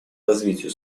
развитию